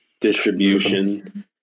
distribution